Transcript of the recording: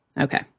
Okay